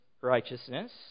righteousness